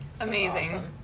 amazing